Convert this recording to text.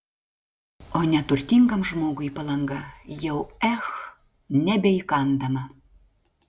o neturtingam žmogui palanga jau ech nebeįkandama